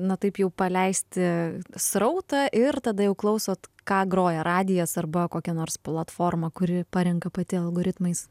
na taip jau paleisti srautą ir tada jau klausot ką groja radijas arba kokia nors platforma kuri parenka pati algoritmais